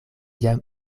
jam